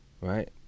right